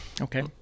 Okay